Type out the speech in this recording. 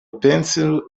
pencil